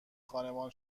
خانمان